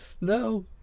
No